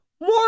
more